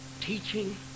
teaching